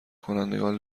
کنندگان